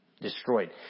destroyed